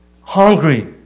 Hungry